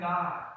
God